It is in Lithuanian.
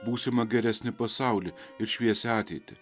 būsimą geresnį pasaulį ir šviesią ateitį